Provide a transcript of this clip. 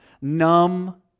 numb